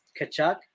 Kachuk